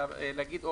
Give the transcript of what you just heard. להגיד,